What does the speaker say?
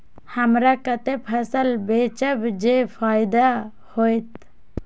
हमरा कते फसल बेचब जे फायदा होयत?